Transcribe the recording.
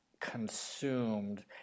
consumed